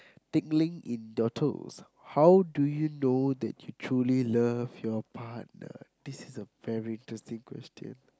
tickling in your toes how do you know that you truly love your partner this is a very interesting question